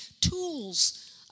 tools